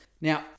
Now